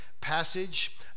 passage